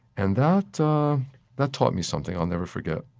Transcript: and that that taught me something i'll never forget